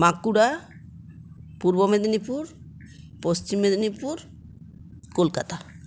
Bankura Purba Medinipur Paschim Medinipur Kolkata